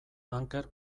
anker